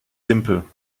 simple